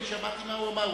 שמעתי מה הוא אמר.